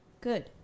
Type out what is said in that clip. good